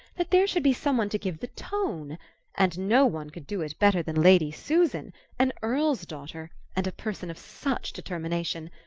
that there should be some one to give the tone and no one could do it better than lady susan an earl's daughter and a person of such determination.